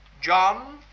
John